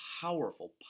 powerful